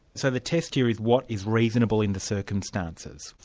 so the test here is what is reasonable in the circumstances.